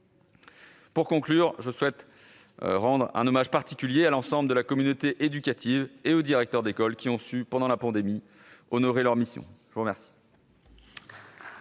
Pour conclure, je souhaite rendre un hommage particulier à l'ensemble de la communauté éducative et aux directeurs d'école, qui ont su, pendant la pandémie, honorer leur mission. La parole